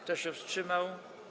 Kto się wstrzymał?